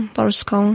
polską